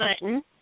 button